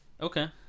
Okay